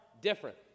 different